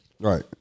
Right